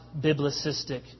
biblicistic